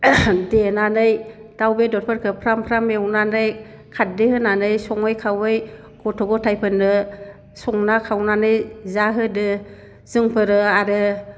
देनानै दाउ बेदरफोरखो फ्राम फ्राम एवनानै खारदै होनानै सङै खावै गथ' गथायफोरनो संना खावनानै जाहोदो जोंफोरो आरो